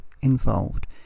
involved